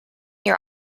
your